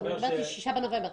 6 בנובמבר.